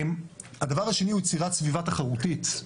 הדבר השני הוא יצירת סביבה תחרותית,